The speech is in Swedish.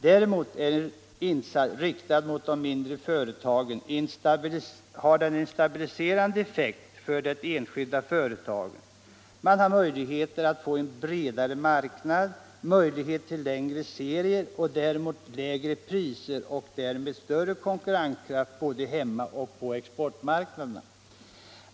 Däremot har en insats med inriktning på de mindre företagen en stabiliserande effekt för det enskilda företaget: man har möjligheter att få en bredare marknad, möjlighet till längre serier och därmed lägre priser och större konkurrenskraft både hemma och på exportmarknaderna.